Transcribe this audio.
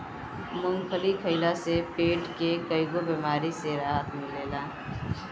मूंगफली खइला से पेट के कईगो बेमारी से राहत मिलेला